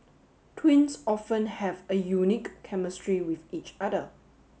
twins often have a unique chemistry with each other